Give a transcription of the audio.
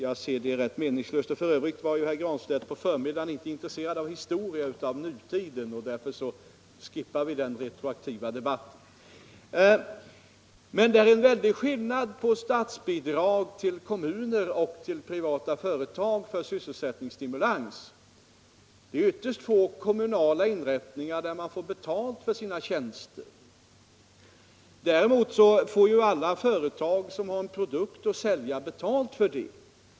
Det är rätt meningslöst, och dessutom var herr Granstedt i förmiddags inte intresserad av historia utan av nutiden. Men det är en väldig skillnad mellan statsbidrag till kommuner och statsbidrag till privata företag för sysselsättningsstimulans. Det är ytterst få kommunala inrättningar som får betalt för sina tjänster. Däremot får alla företag som har en produkt att sälja betalt för den.